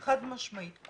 זה חד-משמעית.